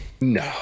No